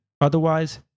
Otherwise